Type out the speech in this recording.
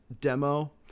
demo